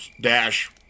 dash